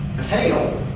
tail